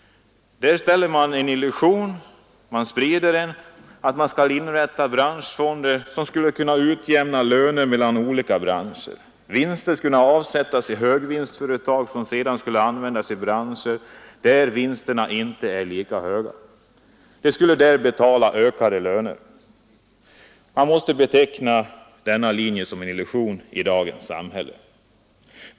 Den innebär att man sprider illusionen att det skulle kunna inrättas branschfonder för att utjämna lönerna mellan olika branscher. Vinster i högvinstföretag skulle kunna avsättas för att användas i branscher där vinsterna inte är lika höga. De skulle där betala ökade löner. Denna linje måste i dagens samhälle betecknas som en illusion.